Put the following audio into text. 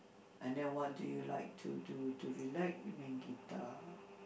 and then what do you like to do to relax you mean guitar